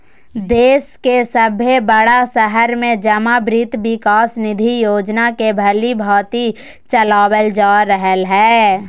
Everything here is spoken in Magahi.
देश के सभे बड़ा शहर में जमा वित्त विकास निधि योजना के भलीभांति चलाबल जा रहले हें